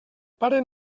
pare